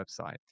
website